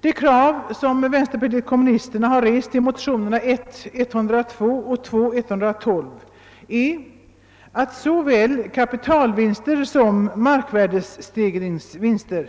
De krav som vänsterpartiet kommunisterna rest i motionsparet I: 102 och II: 112 syftar till att såväl kapitalvinster som markvärdestegringsvinster